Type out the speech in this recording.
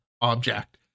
object